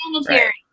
sanitary